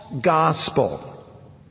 gospel